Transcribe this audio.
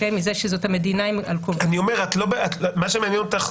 מזה שזאת המדינה על כובעה --- מה שמעניין אותך,